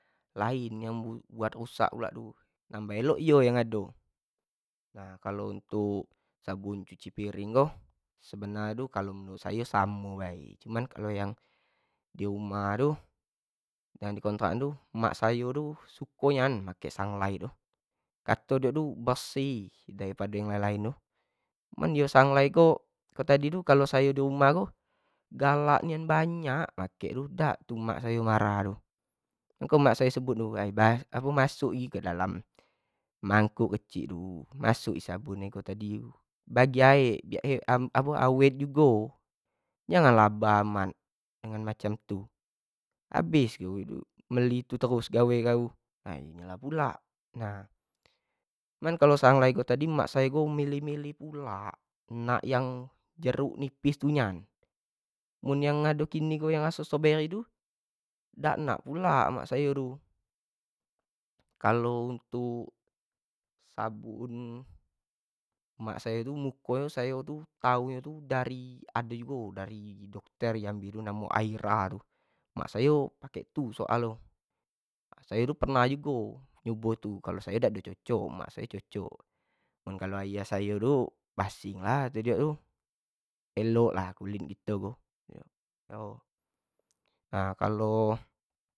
Lain yang buat rusak tu nambah elok iyo yang ado, kalo untuk sabun nyuci piring tu samo bae, cumin kalo yang di rumah tu yang di kontrak an tu emak sayo suko nian make sunlight tu, kato dio tu bersih dari pado yang lain-lain tu, cuma iyo sunlight ko kalo tadi tu kalo sayo dirumah tu, galak nian banyak makek tu, dak mak sayo marah, mako nyo mak sayo sebut tu masuk i kedalam mangkuk kecik tu masuk i sabun kamu tadi bagi aek biak awet jugo jangan labah amat kek macam itu habis meli itu terus gawe kau nak iyo pulak, nah kalo sunlight tadi tu mak sayo tu milih-milih pulak nak yang keruk nipis tu nian, sabun yang kini tu yang ado raso strawberry tu dak nak pula mak sayo tu, kalo untuk sabun mak sayo tu muko nyo sayo tau tu dari ado jugo dari dokter namo nyo aira gitu, mak sayo make itu, sayo pernah jugo nyubo itu, sayo dak cocok lah kalo ayah sayo tu basing lah diok yu, elok lah kulit kito nah kalo.